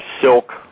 silk